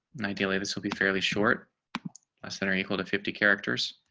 and ideally, this will be fairly short less than or equal to fifty characters.